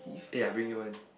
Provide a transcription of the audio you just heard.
ya I bring you one